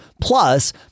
Plus